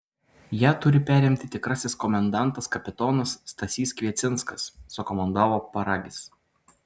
ją turi perimti tikrasis komendantas kapitonas stasys kviecinskas sukomandavo paragis